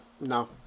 no